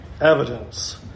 Evidence